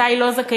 מתי היא לא זכאית?